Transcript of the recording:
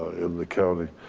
in the county.